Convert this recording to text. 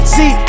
See